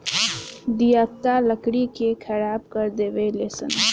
दियाका लकड़ी के खराब कर देवे ले सन